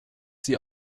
sie